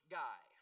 guy